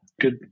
good